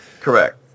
Correct